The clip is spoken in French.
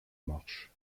marche